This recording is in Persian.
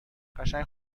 قشنگ